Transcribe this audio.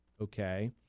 Okay